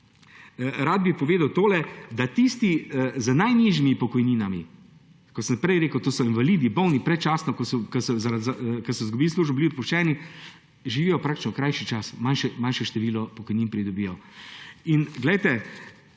Rad bi povedal to, da tisti z najnižjimi pokojninami, kot sem prej rekel, to so invalidi, bolni, ki so predčasno izgubili službo, bili odpuščeni, živijo praktično krajši čas, manjše število pokojnin pridobijo. In reveži